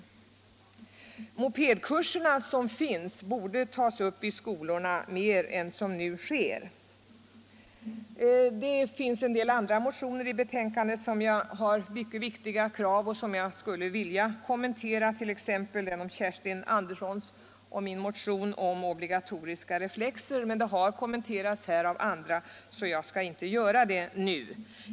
De mopedkurser som finns borde användas mer i skolorna än som nu sker. En del andra motioner, som behandlas i detta betänkande, innehåller mycket viktiga krav, som jag skulle vilja kommentera, t.ex. motionen av fru Andersson i Kumla och mig om obligatorisk skyldighet att bära reflexer under mörker. Detta motionsyrkande har emellertid berörts av andra talare, så jag skall inte ta upp det nu.